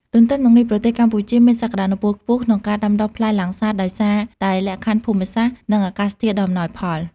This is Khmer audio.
ទន្ទឹមនឹងនេះប្រទេសកម្ពុជាមានសក្ដានុពលខ្ពស់ក្នុងការដាំដុះផ្លែលាំងសាត ដោយសារតែលក្ខខណ្ឌភូមិសាស្ត្រ និងអាកាសធាតុដ៏អំណោយផល។